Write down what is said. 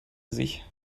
sich